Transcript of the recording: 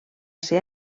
ser